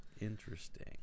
interesting